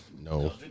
No